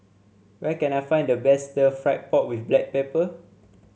where can I find the best Stir Fried Pork with Black Pepper